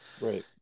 Right